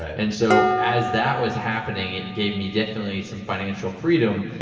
and so, as that was happening, it gave me definitely some financial freedom.